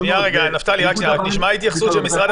אתה יכול לשמוע את הזעקות שלו,